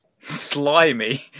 slimy